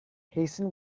hasten